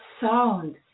sound